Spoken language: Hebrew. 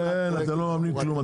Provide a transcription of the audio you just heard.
אתם לא מממנים כלום.